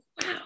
wow